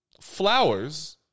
Flowers